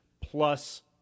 plus